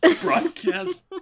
broadcast